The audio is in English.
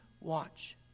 watch